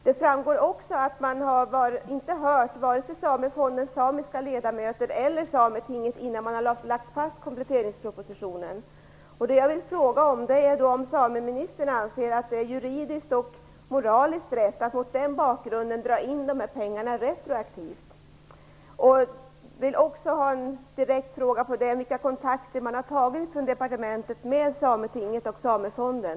Det framgår också att man inte har hört vare sig Samefondens samiska ledamöter eller Sametinget innan man har lagt fast kompletteringspropositionen. Då vill jag fråga om sameministern anser att det är juridiskt och moraliskt rätt att mot den bakgrunden dra in dessa pengar retroaktivt. Jag vill också ha reda på vilka kontakter departementet har tagit med Sametinget och Samefonden.